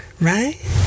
right